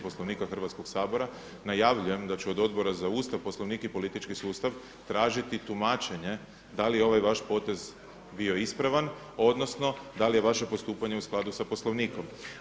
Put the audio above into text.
Poslovnika Hrvatskog sabora najavljujem da ću od Odbora za Ustav, Poslovnik i politički sustav tražiti tumačenje da li je ovaj vaš potez bio ispravan, odnosno da li je vaše postupanje u skladu sa Poslovnikom.